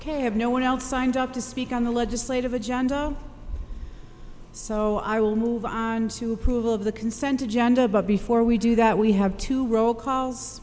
ok have no one else signed up to speak the legislative agenda so i will move to approve all of the consent agenda but before we do that we have to roll calls